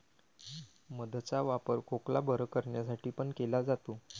मध चा वापर खोकला बरं करण्यासाठी पण केला जातो